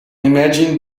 imagine